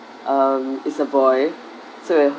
um is a boy so it